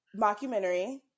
mockumentary